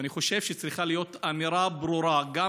ואני חושב שצריכה להיות אמירה ברורה גם